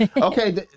okay